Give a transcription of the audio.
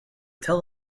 tell